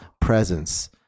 presence